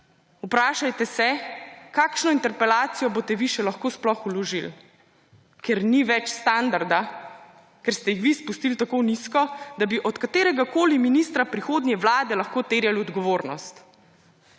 vprašajte, kakšno interpelacijo boste vi še lahko sploh vložili, ker ni več standarda; ker ste jih vi spustili tako nizko, da bi od kateregakoli ministra prihodnje vlade lahko terjali odgovornost.